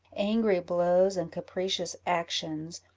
angry blows, and capricious actions,